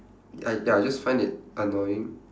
I ya I just find it annoying